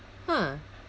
!huh!